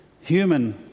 human